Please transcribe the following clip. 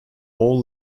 all